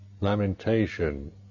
lamentation